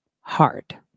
hard